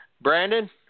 Brandon